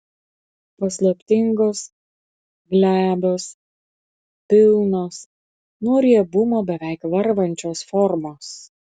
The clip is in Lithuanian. paslaptingos glebios pilnos nuo riebumo beveik varvančios formos